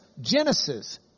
Genesis